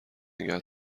نگه